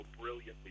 brilliantly